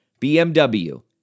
BMW